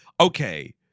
okay